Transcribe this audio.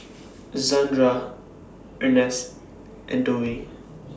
Zandra Ernst and Dovie